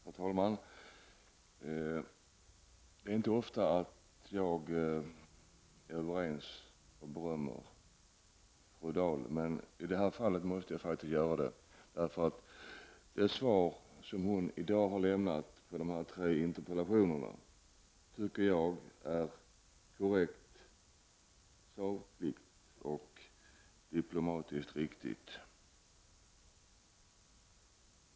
Herr talman! Det är inte ofta som jag är överens med och berömmer Birgitta Dahl, men i det här fallet måste det faktiskt bli så. Jag tycker att det svar som hon i dag har lämnat på de tre interpellationerna är korrekt, sakligt och diplomatiskt riktigt.